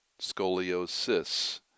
scoliosis